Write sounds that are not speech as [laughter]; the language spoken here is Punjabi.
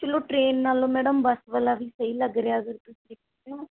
ਚਲੋ ਟਰੇਨ ਨਾਲੋਂ ਮੈਡਮ ਬੱਸ ਵਾਲਾ ਵੀ ਸਹੀ ਲੱਗ ਰਿਹਾ ਅਗਰ ਤੁਸੀਂ [unintelligible]